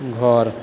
घर